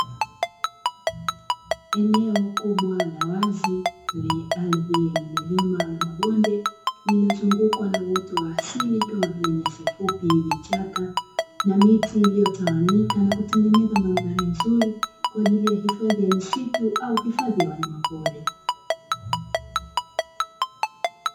Eneo kubwa la wazi lenye ardhi yenye milima na mabonde, lililozungukwa na uoto wa asili kama vile; nyasi fupi, vichaka na miti iliyotawanyika na kutengeneza mandhari nzuri, kwa ajili ya hifadhi ya misitu au hifadhi ya wanyamapori.